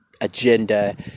agenda